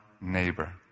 neighbor